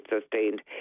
sustained